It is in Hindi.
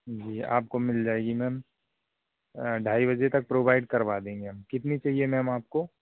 जी आपको मिल जाएगी मैम ढाई बजे तक प्रोवाइड करवा देंगे हम कितनी चाहिए मैम आपको